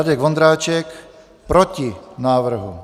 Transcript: Radek Vondráček: Proti návrhu.